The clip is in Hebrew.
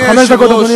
חמש דקות, אדוני.